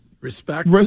respect